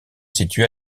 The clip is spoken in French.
situés